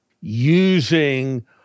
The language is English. using